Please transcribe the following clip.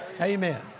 Amen